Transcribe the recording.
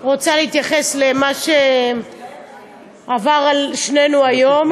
רוצה להתייחס למה שעבר על שנינו היום.